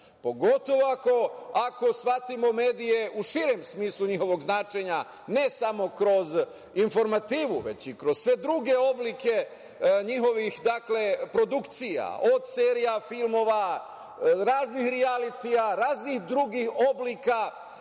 Pogotovo ako shvatimo medije u širem smislu njihovog značenja, ne samo kroz informativu, već i kroz sve druge oblike njihovih produkcija, od serija, filmova, raznih rijalitija, raznih drugih oblika,